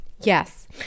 Yes